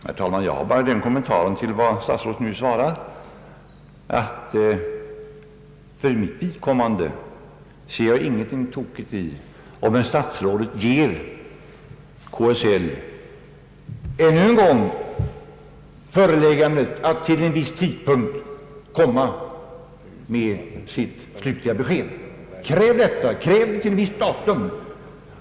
Herr talman! Jag har bara den kommentaren till vad herr statsrådet nu sade att jag för mitt vidkommande inte ser någonting tokigt i att herr statsrådet ännu en gång ger KSL det föreläggandet att till en viss tidpunkt avlämna sitt slutliga besked. Kräv detta, kräv det till ett visst datum!